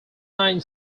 nine